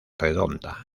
redonda